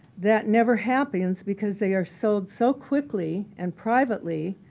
that never happens because they are sold so quickly and privately,